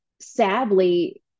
sadly